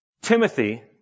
Timothy